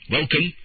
Welcome